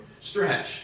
stretch